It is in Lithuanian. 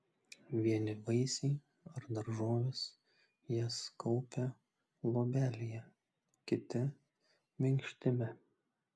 vieni vaisiai ar daržovės jas kaupia luobelėje kiti minkštime